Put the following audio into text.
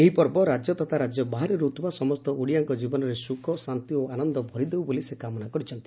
ଏହି ପର୍ବ ରାଜ୍ୟ ତଥା ରାଜ୍ୟ ବାହାରେ ରହୁଥିବା ସମସ୍ତ ଓଡିଆଙ୍କ ଜୀବନରେ ସୁଖ ଶାନ୍ତି ଓ ଆନନ୍ଦ ଭରି ଦେଉ ବୋଲି ସେ କାମନା କରିଛନ୍ତି